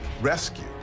rescue